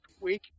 Week